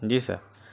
جی سر